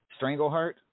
Strangleheart